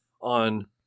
on